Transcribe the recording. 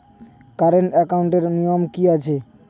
Current একাউন্টের নিয়ম কী আছে?